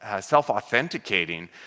self-authenticating